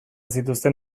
zituzten